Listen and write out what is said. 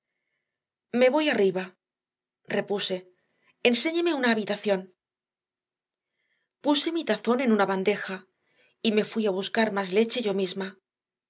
nuestra m evoyarriba repuse e nséñemeuna habitación puse mitazón en una bandeja y me fuia buscar más leche yo misma